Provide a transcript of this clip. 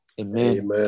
Amen